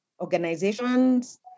organizations